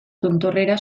tontorrera